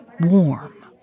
warm